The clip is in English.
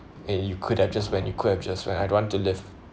eh you could have just went you could have just went I don't want to live